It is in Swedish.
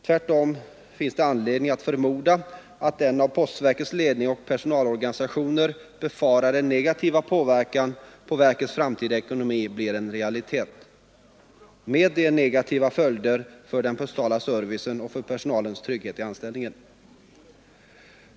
Tvärtom finns det anledning att förmoda att den av postverkets ledning och personalorganisationer befarade negativa påverkan på postverkets framtida ekonomi blir realitet, med negativa följder för den postala servicen och för personalens trygghet i anställningen.